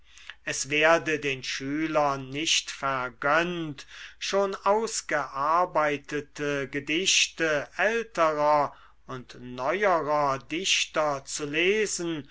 es werde den schülern nicht vergönnt schon ausgearbeitete gedichte älterer und neuerer dichter zu lesen